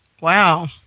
Wow